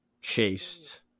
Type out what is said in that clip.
chased